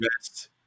best